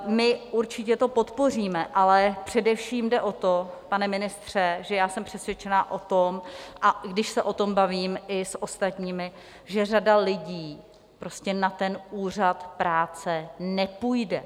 My určitě to podpoříme, ale především jde o to, pane ministře, že já jsem přesvědčena o tom a když se o tom bavím i s ostatními že řada lidí prostě na ten úřad práce nepůjde.